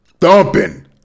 Thumping